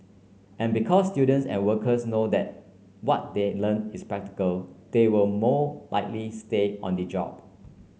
and because students and workers know that what they learn is practical they will more likely stay on the job